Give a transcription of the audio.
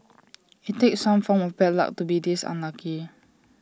IT takes some form of bad luck to be this unlucky